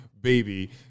baby